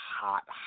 hot